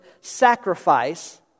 sacrifice